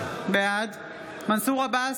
בעד מנסור עבאס,